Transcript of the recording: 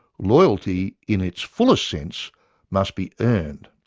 loyalty in its fullest sense must be earned.